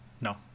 No